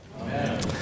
Amen